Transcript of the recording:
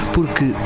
Porque